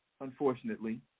unfortunately